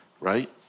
right